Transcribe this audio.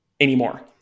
anymore